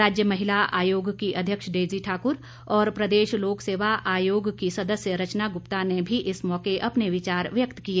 राज्य महिला आयोग की अध्यक्ष डेजी ठाकुर और प्रदेश लोकसेवा आयोग की सदस्य रचना गुप्ता ने भी इस मौके अपने विचार व्यक्त किए